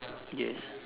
yes